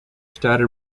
started